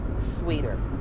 sweeter